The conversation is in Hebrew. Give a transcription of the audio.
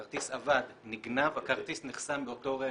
כרטיס אבד או נגנב, הכרטיס נחסם באותו רגע.